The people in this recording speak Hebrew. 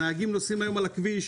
נהגים נוסעים היום על הכביש,